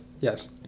yes